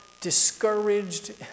discouraged